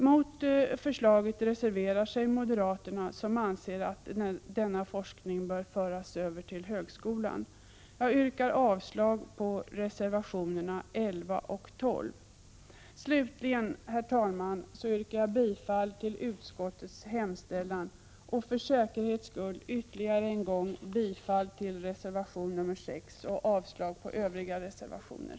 Mot förslaget reserverar sig moderaterna, som anser att denna forskning bör föras över till högskolan. Jag yrkar avslag på reservationerna 11 och 12. Slutligen, herr talman, yrkar jag bifall till utskottets hemställan, bifall till reservation nr 6 och avslag på övriga reservationer.